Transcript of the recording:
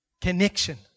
connection